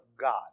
God